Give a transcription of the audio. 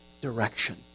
direction